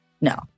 no